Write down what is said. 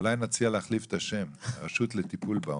אולי נציע להחליף את השם, הרשות לטיפול בעוני.